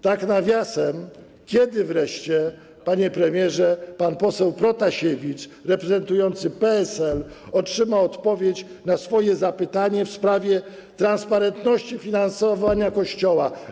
Tak nawiasem mówiąc, kiedy wreszcie, panie premierze, pan poseł Protasiewicz reprezentujący PSL otrzyma odpowiedź na swoje zapytanie w sprawie transparentności finansowania Kościoła?